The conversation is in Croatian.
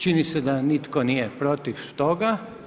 Čini se da nitko nije protiv toga.